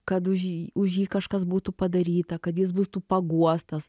kad už jį už jį kažkas būtų padaryta kad jis būtų paguostas